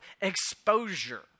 exposure